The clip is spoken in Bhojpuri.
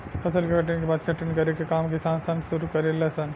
फसल के कटनी के बाद छटनी करे के काम किसान सन शुरू करे ले सन